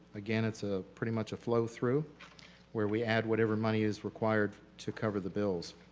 again it's a pretty much a flow through where we add whatever money is required to cover the bills.